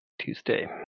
Tuesday